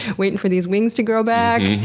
waitin' for these wings to grow back.